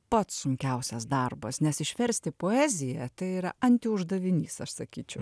pats sunkiausias darbas nes išversti poeziją tai yra antiuždavinys aš sakyčiau